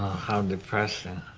how depressing.